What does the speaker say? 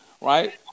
right